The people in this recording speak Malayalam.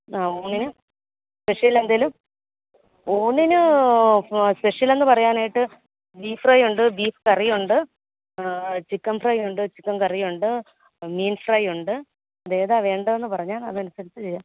ആ ഊണിന് സ്പെഷ്യൽ എന്തേലും ഊണിന് സ്പെഷ്യൽ എന്ന് പറയാൻ ആയിട്ട് ബീഫ് ഫ്രൈയുണ്ട് ബീഫ് കറിയുണ്ട് ചിക്കൻ ഫ്രൈയുണ്ട് ചിക്കൻ കറിയുണ്ട് മീൻ ഫ്രൈയുണ്ട് ഏതാണ് വേണ്ടത് പറഞ്ഞാൽ അതനുസരിച്ച് ചെയ്യാം